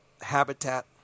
Habitat